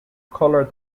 color